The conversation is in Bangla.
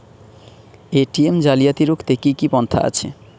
এ.টি.এম জালিয়াতি রুখতে কি কি পন্থা আছে?